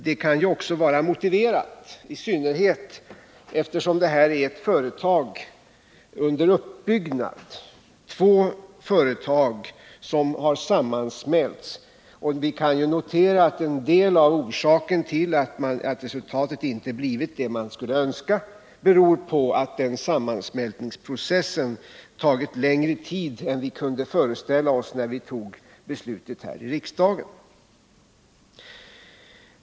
Det kan också vara motiverat, i synnerhet som detta är ett företag under uppbyggnad — två företag har ju sammansmälts. Och vi kan notera att en del av orsaken till att resultatet inte har blivit det vi skulle önska är att sammansmältningsprocessen har tagit längre tid än vi kunde föreställa oss när vi här i riksdagen fattade beslutet.